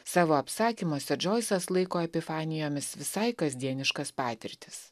savo apsakymuose džoisas laiko epifanijomis visai kasdieniškas patirtis